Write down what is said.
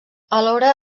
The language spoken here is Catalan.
alhora